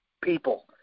people